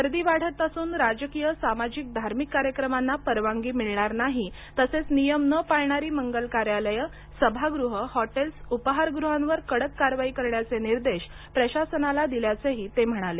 गर्दी वाढत असून राजकीय सामाजिक धार्मिक कार्यक्रमांना परवानगी मिळणार नाही तसेच नियम न पाळणारी मंगल कार्यालयं सभागृह हॉटेल्स उपाहारगृहांवर कडक कारवाई करण्याचे निर्देश प्रशासनाला दिल्याचेही ते म्हणाले